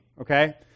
okay